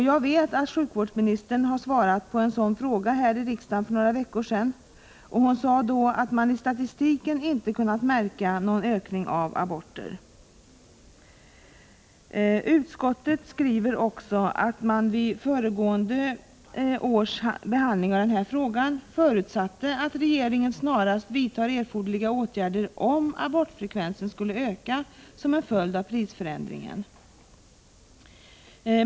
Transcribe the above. Jag vet att sjukvårdsministern har svarat på en sådan fråga för några veckor sedan och att hon då sade att man i statistiken inte kunnat märka någon ökning av aborterna. Utskottet skriver också att man vid föregående års behandling av denna fråga förutsatte att regeringen snarast skulle vidta erforderliga åtgärder om abortfrekvensen skulle öka som en följd av prisförändringen.